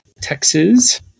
Texas